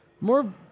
more